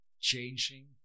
changing